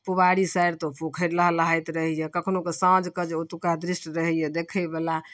पुबारि side तऽ पोखरि लहलहाइत रहैए कखनहुके साँझके जे ओतुका दृष्य रहैए देखैवला